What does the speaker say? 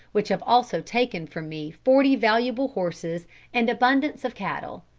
which have also taken from me forty valuable horses and abundance of cattle.